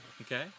okay